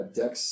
dex